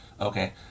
Okay